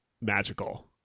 magical